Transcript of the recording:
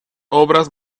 obras